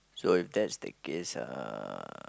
so if that's the case uh